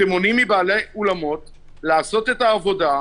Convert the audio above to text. אתם מונעים מבעלי אולמות לעשות את העבודה,